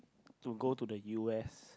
to go to the u_s